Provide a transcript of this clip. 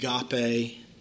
agape